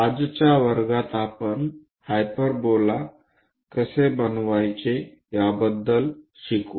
आजच्या वर्गात आपण हायपरबोला कसे बनवायचे याबद्दल शिकू